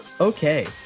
okay